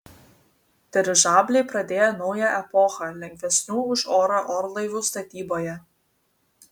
dirižabliai pradėjo naują epochą lengvesnių už orą orlaivių statyboje